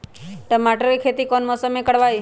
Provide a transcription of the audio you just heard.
टमाटर की खेती कौन मौसम में करवाई?